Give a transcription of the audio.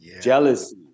jealousy